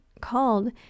called